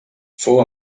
fou